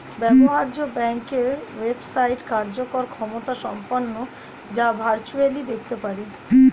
ব্যবহার্য ব্যাংকের ওয়েবসাইট কার্যকর ক্ষমতাসম্পন্ন যা ভার্চুয়ালি দেখতে পারি